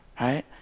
right